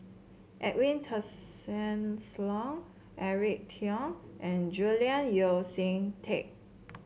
Edwin Tessensohn Eric Teo and Julian Yeo See Teck